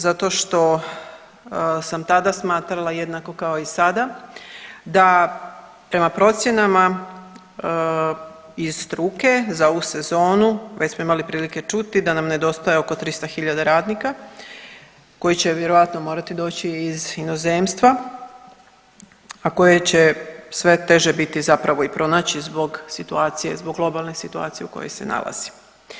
Zato što sam tada smatrala jednako kao i sada da prema procjenama iz struke za ovu sezonu, već smo imali prilike čuti da nam nedostaje oko 300 hiljada radnika koji će vjerojatno morati doći iz inozemstva, a koje će sve teže biti zapravo i pronaći zbog situacije, zbog globalne situacije u kojoj se nalazi.